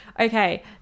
Okay